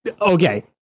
Okay